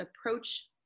approach